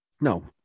No